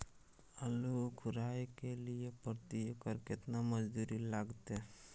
आलू उखारय के लिये प्रति एकर केतना मजदूरी लागते?